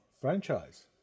franchise